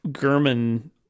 German